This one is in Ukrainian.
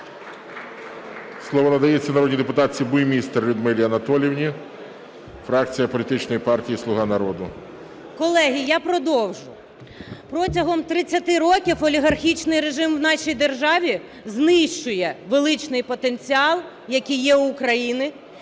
Слово надається народній депутатці Буймістер Людмилі Анатоліївні, фракція політичної партії "Слуга народу". 18:48:34 БУЙМІСТЕР Л.А. Колеги, я продовжу. Протягом 30-ти років олігархічний режим в нашій державі знищує величний потенціал, який є в України